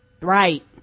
Right